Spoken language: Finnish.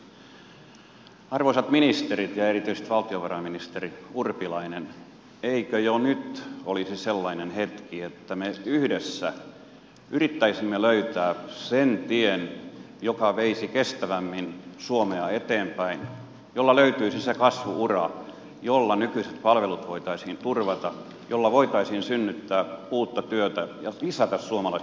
arvoisat ministerit ja erityisesti valtiovarainministeri urpilainen eikö jo nyt olisi sellainen hetki että me yhdessä yrittäisimme löytää sen tien joka veisi kestävämmin suomea eteenpäin jolla löytyisi se kasvu ura jolla nykyiset palvelut voitaisiin turvata jolla voitaisiin synnyttää uutta työtä ja lisätä suomalaisten turvallisuutta